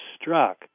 struck